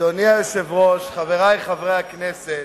אדוני היושב-ראש, חברי חברי הכנסת,